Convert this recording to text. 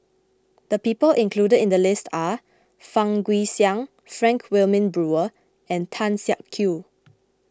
the people included in the list are Fang Guixiang Frank Wilmin Brewer and Tan Siak Kew